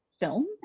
film